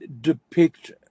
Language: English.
depict